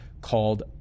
called